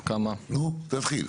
דברים.